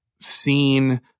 seen